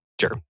Sure